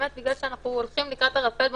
בגלל שאנחנו הולכים לקראת ערפל,